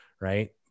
right